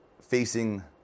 facing